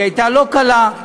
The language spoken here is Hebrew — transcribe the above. שהייתה לא קלה,